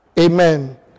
Amen